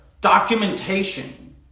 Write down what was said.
documentation